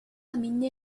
مني